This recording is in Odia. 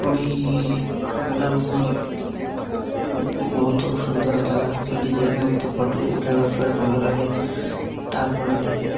ପୁରୀ ବେଳାଭୂମି ବହୁତ ସୁନ୍ଦର ଜାଗା ସେଇଠି ଯାଇକିନା ମତେ ଫଟୋ ଉଠାଇବା ପାଇଁ ଭଲ ଲାଗେ ତା'ପରେ